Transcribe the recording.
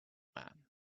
man